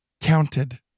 counted